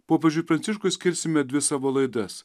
popiežiui pranciškui skirsime dvi savo laidas